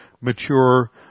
mature